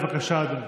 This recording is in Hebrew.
בבקשה, אדוני.